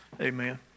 amen